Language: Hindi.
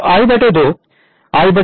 तो I 2 I 2 दोनों तरफ है